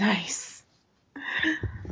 Nice